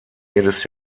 jedes